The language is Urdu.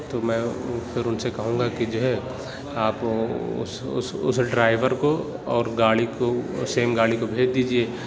تو میں پھر اُن سے کہوں گا کہ جو ہے آپ اُس اُس اُس ڈرائیور کو اور گاڑی کو سیم گاڑی کو بھیج دیجیے